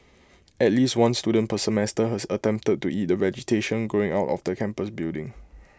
at least one student per semester has attempted to eat the vegetation growing out of the campus building